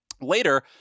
later